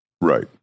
Right